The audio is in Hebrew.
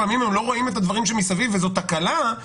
לא רואים לפעמים את הדברים מסביב וזאת תקלה,